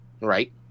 right